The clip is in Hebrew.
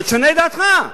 ותשנה את דעתך.